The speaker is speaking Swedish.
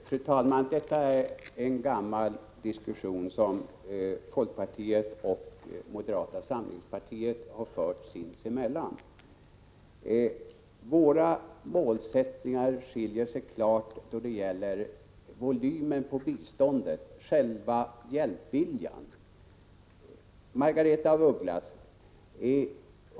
Fru talman! Detta är en gammal diskussion som folkpartiet och moderata samlingspartiet har fört sinsemellan. Våra målsättningar skiljer sig klart då det gäller volymen på biståndet, själva hjälpviljan.